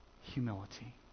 humility